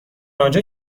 آنجا